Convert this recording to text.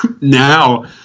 now